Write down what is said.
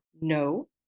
no